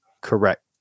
correct